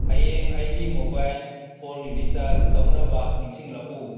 ꯍꯌꯦꯡ ꯑꯩꯒꯤ mobile phone recharge ꯇꯧꯅꯕ ꯅꯤꯡꯁꯤꯡꯂꯛꯎ